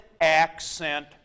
accent